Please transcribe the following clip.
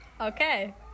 Okay